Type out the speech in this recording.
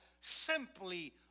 Simply